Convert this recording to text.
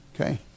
Okay